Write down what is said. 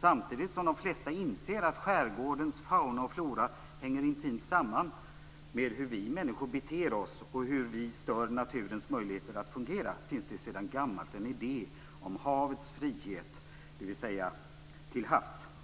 Samtidigt som de flesta inser att skärgårdens fauna och flora hänger intimt samman med hur vi människor beter oss och hur vi stör naturens möjligheter att fungera, finns sedan gammalt en idé om havets frihet, dvs.